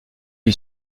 lui